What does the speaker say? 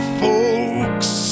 folks